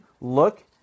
look